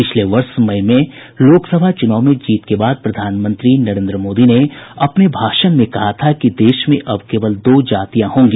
पिछले वर्ष मई में लोकसभा चूनाव में जीत के बाद प्रधानमंत्री नरेन्द्र मोदी ने अपने भाषण में कहा था कि देश में अब केवल दो जातियां होंगी